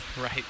Right